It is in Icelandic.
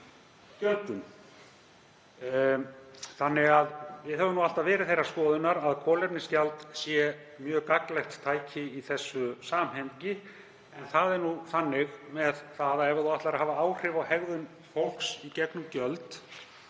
gjöldum. Þannig að við höfum alltaf verið þeirrar skoðunar að kolefnisgjald sé mjög gagnlegt tæki í þessu samhengi. En ég tek það fram að ef ætlunin er að hafa áhrif á hegðun fólks í gegnum gjöld